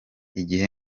igihe